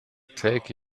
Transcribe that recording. take